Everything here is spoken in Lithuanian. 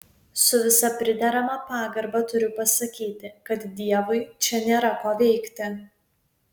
su visa priderama pagarba turiu pasakyti kad dievui čia nėra ko veikti